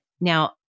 Now